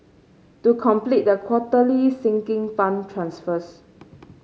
to complete the quarterly Sinking Fund transfers